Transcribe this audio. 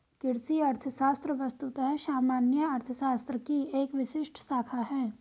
कृषि अर्थशास्त्र वस्तुतः सामान्य अर्थशास्त्र की एक विशिष्ट शाखा है